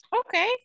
Okay